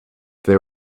they